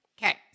Okay